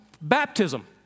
baptism